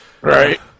Right